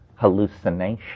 hallucination